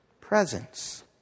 presence